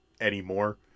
anymore